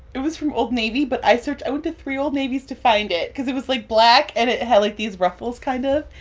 it was from old navy. but i searched i went to three old navys to find it because it was, like, black and it had, like, these ruffles kind of.